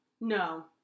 no